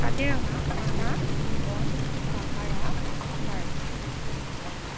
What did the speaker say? Kaziranga Manas gibbon Sahara Thar